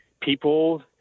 people